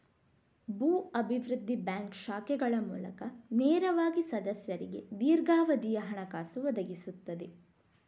ಭೂ ಅಭಿವೃದ್ಧಿ ಬ್ಯಾಂಕ್ ಶಾಖೆಗಳ ಮೂಲಕ ನೇರವಾಗಿ ಸದಸ್ಯರಿಗೆ ದೀರ್ಘಾವಧಿಯ ಹಣಕಾಸು ಒದಗಿಸುತ್ತದೆ